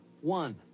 One-